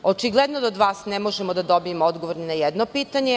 Očigledno je da od vas ne možemo da dobijemo odgovor ni na jedno pitanje.